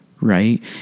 Right